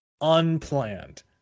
unplanned